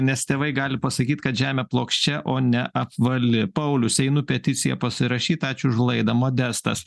nes tėvai gali pasakyt kad žemė plokščia o ne apvali paulius einu peticiją pasirašyt ačiū už laidą modestas